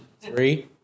three